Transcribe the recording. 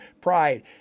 pride